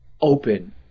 open